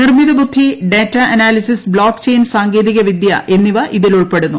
നിർമ്മിത ബുദ്ധി data analysis blockchain സാങ്കേതികവിദ്യ എന്നിവ ഇതിൽ ഉൾപ്പെടുന്നു